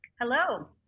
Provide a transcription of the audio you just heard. Hello